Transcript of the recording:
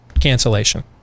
cancellation